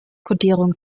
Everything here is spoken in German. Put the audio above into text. kodierung